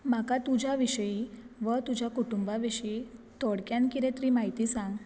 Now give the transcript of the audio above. म्हाका तुज्या विशयी वा तुज्या कुटुंबा विशीं थोडक्यांत कितें तरी म्हायती सांग